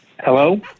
Hello